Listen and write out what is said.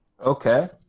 Okay